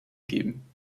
geben